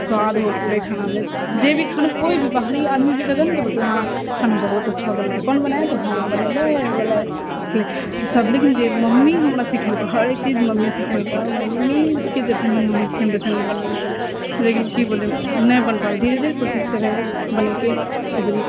स्वाद हो पूरे खानामे जे भी खाना कोइ भी बाहरी आदमी दिखे तब तऽ बोलतऽ हाँ खाना बहुत अच्छा बनाया कौन बनाया हम बनेलहुँ बोलै की सब लेकिन जे मम्मी हमरा सिखेलकौ हरेक चीज मम्मी सिखेलकौ मम्मीके जेसन ही हम सेम टू सेम बनबै चाहै लेकिन की बोलियौ नहि बनि पड़ै धीरे धीरे कोशिश करै है बनबैके